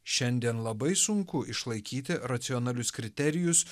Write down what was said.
šiandien labai sunku išlaikyti racionalius kriterijus